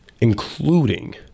Including